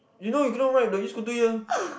you know you cannot ride the e scooter here